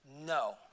No